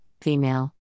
female